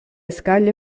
scaglie